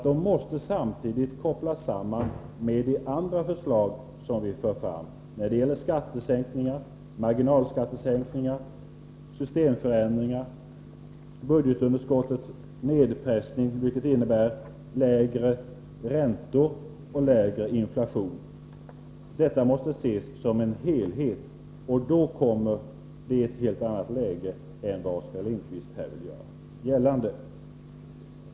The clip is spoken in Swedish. De måste kopplas samman med de andra förslag som vi för fram om skattesänkningar, marginalskattesänkningar, systemförändringar samt budgetunderskottets nedpressning, vilket innebär lägre räntor och lägre inflation. Allt detta måste ses som en helhet. Då uppstår ett helt annat läge än vad Oskar Lindkvist här vill göra gällande.